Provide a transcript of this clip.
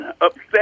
upset